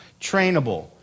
trainable